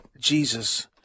Jesus